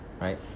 right